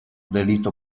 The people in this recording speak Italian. delitto